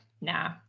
Nah